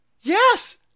Yes